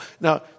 Now